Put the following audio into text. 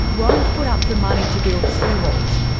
won't put up the money to build seawalls,